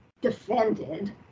Defended